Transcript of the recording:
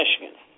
Michigan